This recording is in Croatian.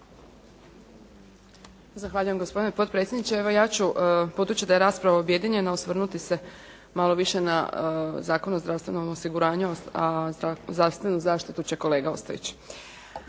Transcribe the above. Zahvaljujem. Gospodine potpredsjedniče. Evo, ja ću budući da je rasprava objedinjena osvrnuti se malo više na Zakon o zdravstvenom osiguranju a zdravstvenu zaštitu će kolega Ostojić.